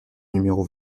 numéro